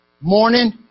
morning